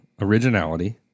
Originality